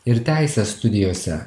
ir teisės studijose